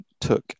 took